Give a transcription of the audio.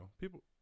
people